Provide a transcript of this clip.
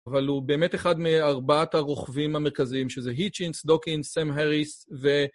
אבל הוא באמת אחד מארבעת הרוכבים המרכזיים, שזה היצ'ין, סדוקין, סם האריס ו...